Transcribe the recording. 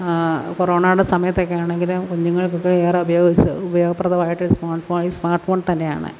കൊറോണയുടെ സമയത്തൊക്കെ ആണെങ്കിലും കുഞ്ഞുങ്ങൾക്കൊക്കെ ഏറെ ഉപയോഗ ഉപയോഗപ്രദമായിട്ട് സ്മാർട്ട് ഫോൺ ഈ സ്മാർട്ട് ഫോൺ തന്നെയാണ്